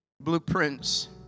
Blueprints